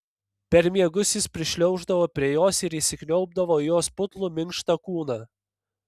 per miegus jis prišliauždavo prie jos ir įsikniaubdavo į jos putlų minkštą kūną